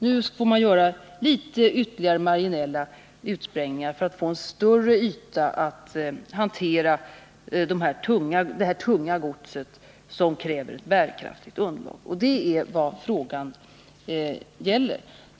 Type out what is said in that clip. Nu får man göra ytterligare marginella sprängningar för att få en större yta att hantera det tunga godset på som kräver ett bärkraftigt underlag. Det är vad frågan gäller.